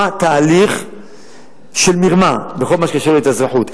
תהליך של מרמה בכל מה שקשור להתאזרחות.